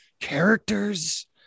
characters